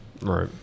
right